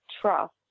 trust